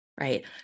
right